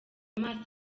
amaso